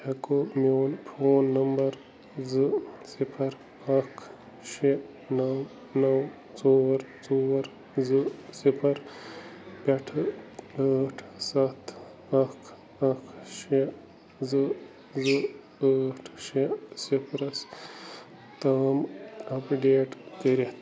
ہیٚکو میٛون phone number زٕ صِفر اکھ شےٚ نَو نَو ژور ژور زٕ صِفر پٮ۪ٹھ ٲٹھ سَتھ اکھ اکھ شےٚ زٕ زٕ ٲٹھ شےٚ صِفرس تام اپڈیٹ کٔرِتھ